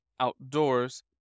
outdoors